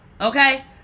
okay